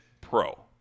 pro